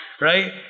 Right